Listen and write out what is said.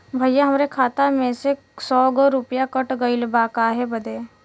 भईया हमरे खाता मे से सौ गो रूपया कट गइल बा काहे बदे?